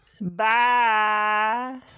Bye